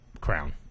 crown